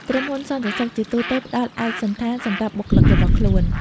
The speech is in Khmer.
ក្រុមហ៊ុនសន្តិសុខជាទូទៅ ផ្តល់ឯកសណ្ឋាន សម្រាប់បុគ្គលិករបស់ខ្លួន។